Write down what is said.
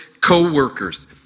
co-workers